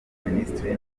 ministre